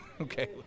Okay